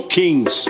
kings